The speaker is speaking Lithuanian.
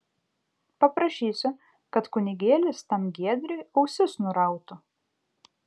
paprašysiu kad kunigėlis tam giedriui ausis nurautų